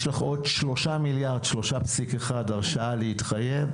יש לך עוד 3.1 מיליארד הרשאה להתחייב.